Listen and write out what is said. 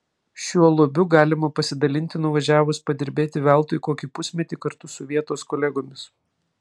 šiuo lobiu galima pasidalinti nuvažiavus padirbėti veltui kokį pusmetį kartu su vietos kolegomis